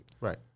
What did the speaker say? Right